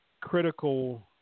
critical